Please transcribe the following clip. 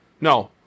No